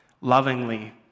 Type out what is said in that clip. lovingly